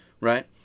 right